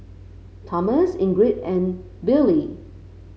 Tomas Ingrid and Billye